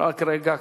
רק רגע.